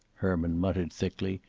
herman muttered thickly.